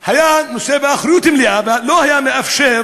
היה נושא באחריות מלאה ולא היה מאפשר